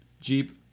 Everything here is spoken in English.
Jeep